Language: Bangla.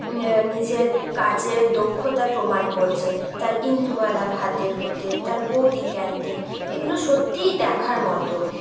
নিজের কাজের দক্ষতা প্রমান করছে তার ইন্দুবালা ভাতের হোটেল তার বৌদি ক্যান্টিন এগুলো সত্যি দেখার মত